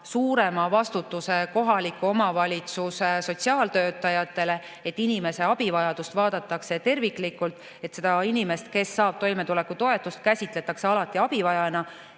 tooksid kaasa kohaliku omavalitsuse sotsiaaltöötajate suurema vastutuse: inimese abivajadust vaadatakse terviklikult, seda inimest, kes saab toimetulekutoetust, käsitletakse alati abivajajana,